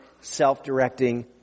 self-directing